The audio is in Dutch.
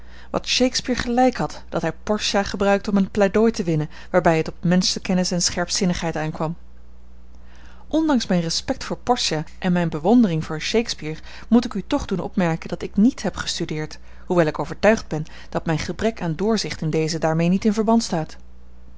wat shakespeare gelijk had dat hij portia gebruikte om een pleidooi te winnen waarbij het op menschenkennis en scherpzinnigheid aankwam ondanks mijn respect voor portia en mijne bewondering voor shakespeare moet ik u toch doen opmerken dat ik niet heb gestudeerd hoewel ik overtuigd ben dat mijn gebrek aan doorzicht in dezen daarmee niet in verband staat